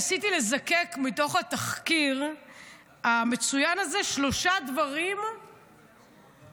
ניסיתי לזקק מתוך תחקיר המצוין הזה שלושה דברים מוזרים,